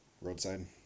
roadside